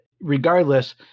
regardless